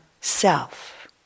self